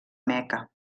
meca